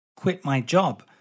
quitmyjob